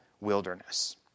wilderness